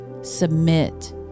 submit